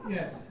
Yes